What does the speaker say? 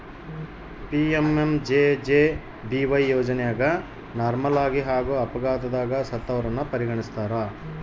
PMMJJBY ಯೋಜನೆಗ ನಾರ್ಮಲಾಗಿ ಹಾಗೂ ಅಪಘಾತದಗ ಸತ್ತವರನ್ನ ಪರಿಗಣಿಸ್ತಾರ